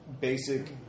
basic